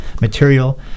material